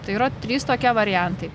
tai yra trys tokie variantai